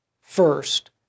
first